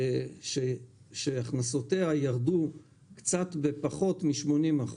שהכנסותיה ירדו בקצת פחות מ-80%,